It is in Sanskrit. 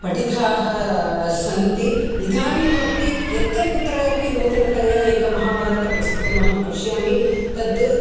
पठिताः सन्ति इदानीमपि यत्र कुत्रापि नूतनतया एकं महाभारतपुस्तकम् अहं पश्यामि तद्